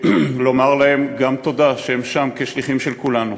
ולומר להם גם תודה על כך שהם שם כשליחים של כולנו.